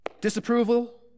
Disapproval